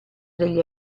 degli